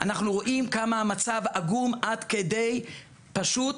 אנחנו רואים כמה המצב עגום עד כדי פשוט